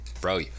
bro